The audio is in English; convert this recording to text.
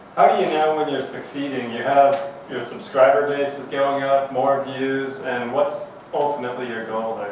you you know when you're succeeding? you have your subscriber base is going up, more views. and what's ultimately your goal,